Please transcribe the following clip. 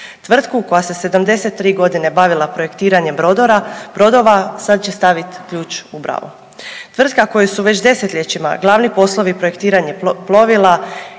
Tvrtku koja se 73 godine bavila projektiranjem brodova sad će staviti ključ u bravu. Tvrtka koju su već desetljećima glavni poslovi projektiranje plovila,